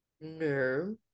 No